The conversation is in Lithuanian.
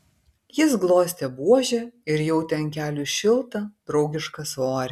jis glostė buožę ir jautė ant kelių šiltą draugišką svorį